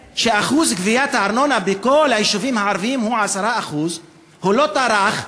שגביית הארנונה בכל היישובים הערביים היא 10%. הוא לא טרח,